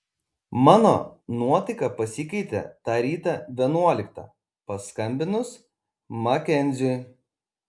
mano nuotaika pasikeitė tą rytą vienuoliktą paskambinus makenziui